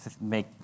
make